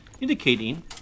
indicating